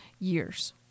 years